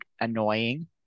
annoying